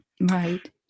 right